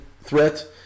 threat